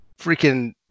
Freaking